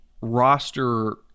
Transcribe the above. roster